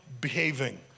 behaving